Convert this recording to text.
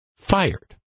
fired